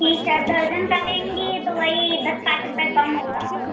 ठीक है दर्जन का लेंगी तो वही दस पाँच रुपए कम होगा